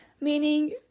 meaning